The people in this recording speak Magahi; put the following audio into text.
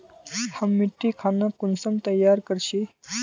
हम मिट्टी खानोक कुंसम तैयार कर छी?